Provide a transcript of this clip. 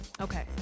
Okay